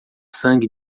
sangue